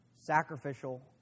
Sacrificial